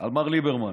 על מר ליברמן.